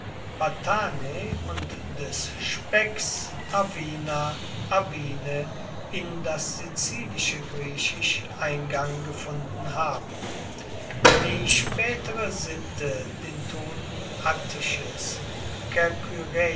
patina und des specks arvina in das sizilische griechisch eingang gefunden haben die spaetere sitte den toten